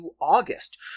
August